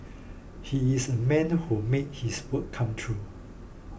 he is a man who made his word come true